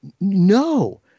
No